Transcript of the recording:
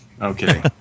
Okay